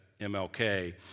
MLK